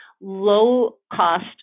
low-cost